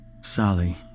Sally